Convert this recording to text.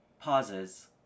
pauses